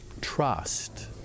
trust